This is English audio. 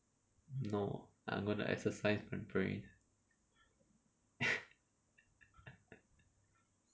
no I'm gonna exercise my brain